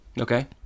Okay